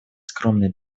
скромные